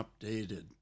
updated